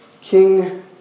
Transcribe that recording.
King